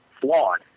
flawed